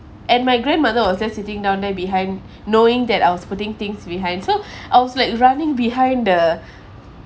and my grandmother was just sitting down there behind knowing that I was putting things behind so I was like running behind the